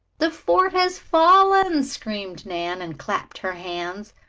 the fort has fallen! screamed nan, and clapped her hands.